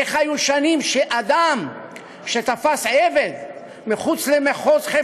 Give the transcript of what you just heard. איך היו שנים שאדם שתפס עבד מחוץ למחוזו